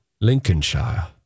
Lincolnshire